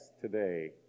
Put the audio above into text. today